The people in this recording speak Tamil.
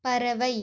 பறவை